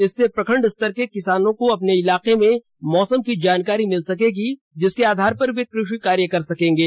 इससे प्रखंड स्तर तक के किसानों को अपने इलाके के मौसम की जानकारी मिल सकेगी जिसके आधार पर वे कृषि कार्य कर सकेंगे